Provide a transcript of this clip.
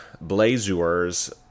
blazers